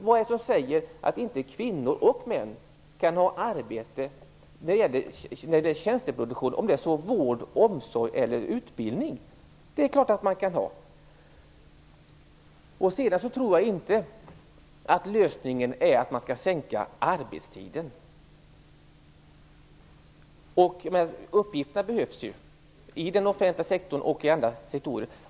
Vad är det som säger att inte kvinnor och män kan ha arbete i tjänsteproduktion, om det så är vård, omsorg eller utbildning? Det är klart att man kan ha. Jag tror inte att lösningen är att man skall sänka arbetstiden. Uppgifterna behöver utföras, i den offentliga sektorn och i andra sektorer.